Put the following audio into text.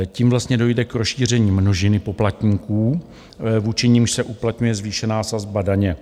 Tím vlastně dojde k rozšíření množiny poplatníků, vůči nimž se uplatňuje zvýšená sazba daně.